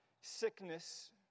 sickness